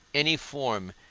any form,